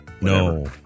No